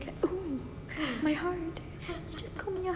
my heart you just called me your husband